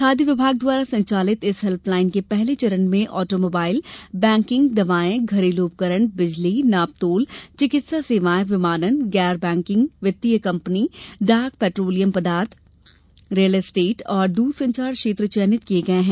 खाद्य विभाग द्वारा संचालित इस हेल्पलाईन के पहले चरण में ऑटो मोबाइल बैंकिंग दवाएं घरेलू उपकरण बिजली नापतोल चिकित्सा सेवाएं विमानन गैर बैंकिग वित्तिय कम्पनी डाक पैट्रोलियम पदार्थ रियल स्टेट और दूरसंचार क्षेत्र चयनित किये गये हैं